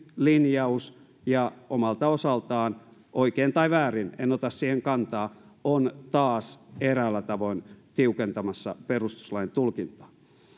linjaus ja omalta osaltaan oikein tai väärin en ota siihen kantaa on taas eräällä tavoin tiukentamassa perustuslain tulkintaa